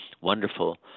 wonderful